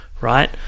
right